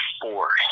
force